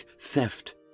theft